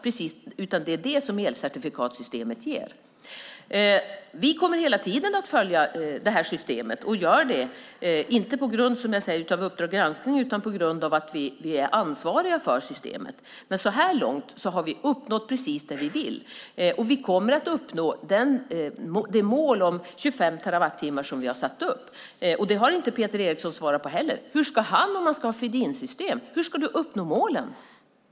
Det är det som elcertifikatssystemet ger. Vi kommer hela tiden att följa systemet. Vi gör det inte, som jag säger, på grund av Uppdrag granskning utan på grund av att vi är ansvariga för systemet. Men så här långt har vi uppnått precis det vi vill, och vi kommer att uppnå det mål om 25 terawattimmar som vi har satt upp. Peter Eriksson har inte svarat på hur han ska uppnå målen om han ska ha feed-in-system.